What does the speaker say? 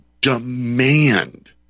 demand